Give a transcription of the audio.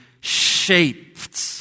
shaped